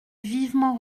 vivement